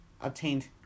obtained